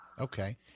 Okay